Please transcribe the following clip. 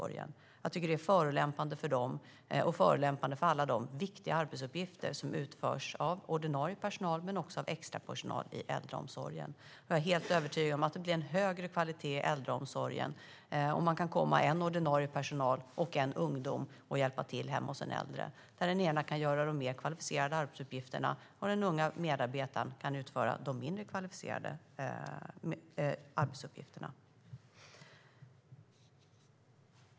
Jag tycker att det är förolämpande för dem och förolämpande för alla de viktiga arbetsuppgifter som utförs av ordinarie personal men också av extrapersonal i äldreomsorgen. Jag är helt övertygad om att det blir en högre kvalitet i äldreomsorgen om det kan komma en ordinarie personal och en ungdom och hjälpa till hemma hos en äldre person. Den ordinarie kan göra de mer kvalificerade arbetsuppgifterna, och den unga medarbetaren kan utföra de mindre kvalificerade arbetsuppgifterna.